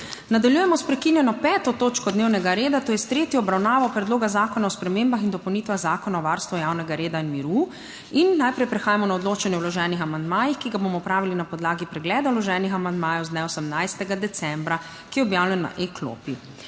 Nadaljujemo sprekinjeno 5. točko dnevnega reda, to je s tretjo obravnavo Predloga zakona o spremembah in dopolnitvah Zakona o varstvu javnega reda in miru. Najprej prehajamo na odločanje o vloženih amandmajih, ki ga bomo opravili na podlagi pregleda vloženih amandmajev z dne 18. decembra, ki je objavljen na e-klopi.